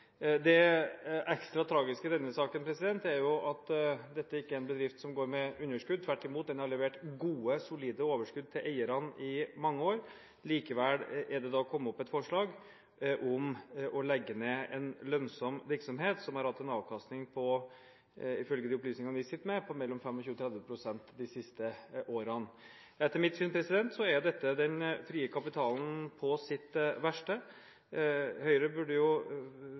Det ekstra tragiske i denne saken er at dette ikke er en bedrift som går med underskudd. Tvert imot har den levert gode, solide overskudd til eierne i mange år. Likevel er det kommet opp et forslag om å legge ned en lønnsom virksomhet, som har hatt en avkastning, ifølge de opplysningene vi sitter med, på 25–30 pst. de siste årene. Etter mitt syn er dette den frie kapitalen på sitt verste. Høyre burde jo